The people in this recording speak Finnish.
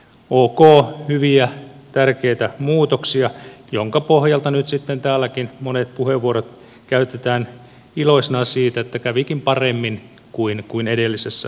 ok hyviä tärkeitä muutoksia joiden pohjalta nyt sitten täälläkin monet puheenvuorot käytetään iloisina siitä että kävikin paremmin kuin edellisessä esityksessä